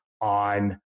on